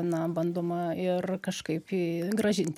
na bandoma ir kažkaip į grąžinti